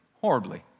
horribly